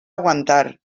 aguantar